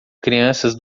crianças